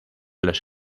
los